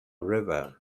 river